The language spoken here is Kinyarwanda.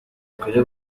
kuri